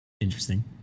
Interesting